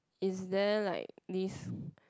is there like this